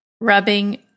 rubbing